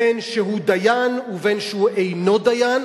בין שהוא דיין ובין שאינו דיין,